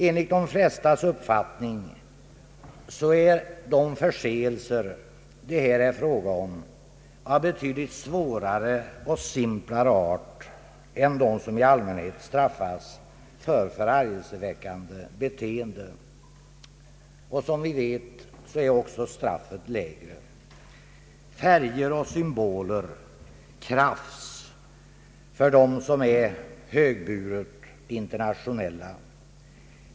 Enligt de flestas uppfattning är de förseelser det här är fråga om av betydligt svårare och simplare art än de som i allmänhet straffas som förargelseväckande beteende. Som vi vet är också straffet lägre. Färger och symboler — krafs för dem som är högburet internationella.